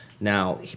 Now